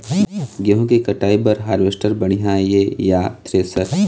गेहूं के कटाई बर हारवेस्टर बढ़िया ये या थ्रेसर?